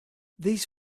these